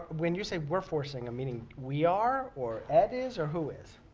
when you say we're forcing meaning we are, or ed is, or who is?